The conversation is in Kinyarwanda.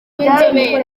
b’inzobere